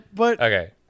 Okay